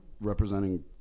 representing